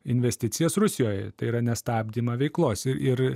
investicijas rusijoj tai yra nestabdymą veiklos ir